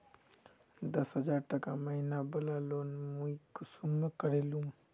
दस हजार टका महीना बला लोन मुई कुंसम करे लूम?